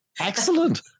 excellent